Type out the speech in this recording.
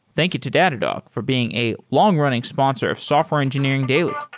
thank you to datadog for being a long-running sponsor of software engineering daily.